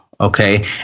Okay